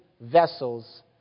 vessels